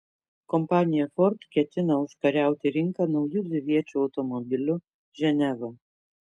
kompanija ford ketina užkariauti rinką nauju dviviečiu automobiliu ženeva